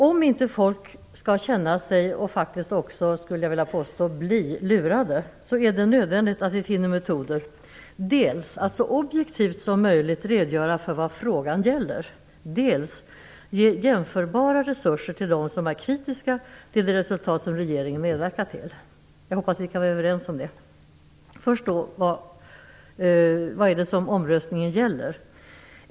Om inte folk skall känna sig, och faktiskt också bli, lurade, är det nödvändigt att vi finner metoder för att dels så objektivt som möjligt redogöra för vad frågan gäller, dels ge jämförbara resurser till dem som är kritiska till det resultat som regeringen medverkar till. Jag hoppas att vi kan vara överens om det. Hur skall man då komma fram till vad omröstningen gäller?